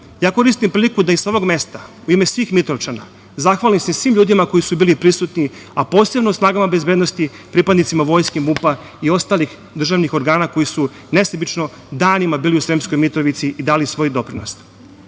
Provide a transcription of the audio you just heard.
sugrađana. Koristim priliku da i sa ovog mesta u ime svih Mitrovčana zahvalim se svim ljudima koji su bili prisutni, a posebno snagama bezbednosti, pripadnicima vojske, MUP-a i ostalih državnih organa koji su nesebično danima bili u Sremskoj Mitrovici i dali svoj doprinos. Da